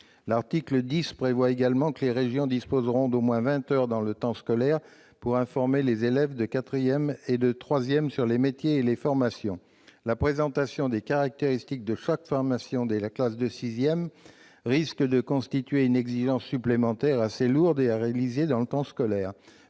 L'article 10 prévoit également que les régions disposeront d'au moins vingt heures dans le temps scolaire pour informer les élèves de quatrième et de troisième sur les métiers et les formations. Je le répète, la présentation des caractéristiques de chaque formation dès la classe de sixième risque de constituer une exigence supplémentaire assez lourde à réaliser dans le temps scolaire.